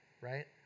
right